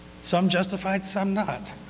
some justified, some not.